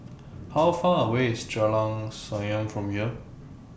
How Far away IS Jalan Senyum from here